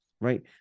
Right